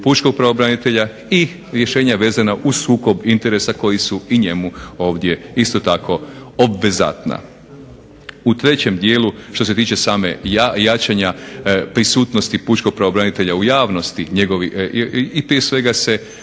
pučkog pravobranitelja i rješenja vezana uz sukob interesa koji su i njemu ovdje isto tako obvezatna. U trećem dijelu što se tiče samog jačanja prisutnosti pučkog pravobranitelja u javnosti i prije svega se